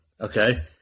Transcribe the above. okay